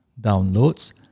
downloads